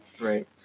Right